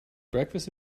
breakfast